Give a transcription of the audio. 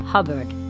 Hubbard